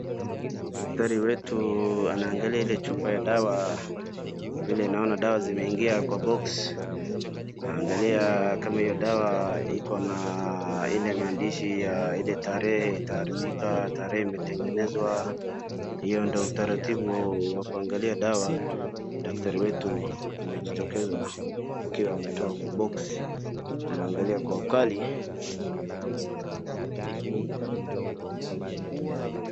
Daktari wetu anaangalia ile chupa ya dawa, vile naona dawa zimeingia kwa boxi, anaangalia kama hiyo dawa iko na ile maandishi ya ile tarehe itaharibika, tarehe imetengenezwa, hiyo ndio utaratibu wa kuangalia dawa, daktari wetu amejitokeza akiwa ametoa boxi anaangalia kwa ukali.